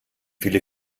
viele